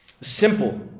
Simple